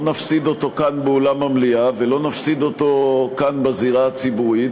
לא נפסיד אותו כאן באולם המליאה ולא נפסיד אותו כאן בזירה הציבורית